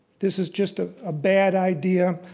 this is just a ah bad idea.